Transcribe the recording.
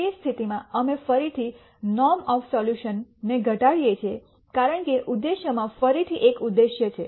તે સ્થિતિ માં અમે ફરીથી નોર્મ ઓફ સોલ્યૂશન ને ઘટાડીએ છીએ કારણ કે ઉદ્દેશ્ય માં ફરીથી એક ઉદ્દેશ્ય છે